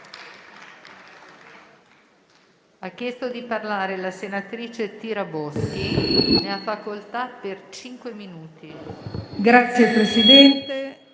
Grazie, Presidente.